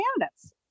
candidates